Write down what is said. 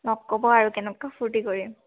লগ ক'ব আৰু কেনেকুৱা ফূৰ্তি কৰিম